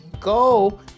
go